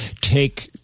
take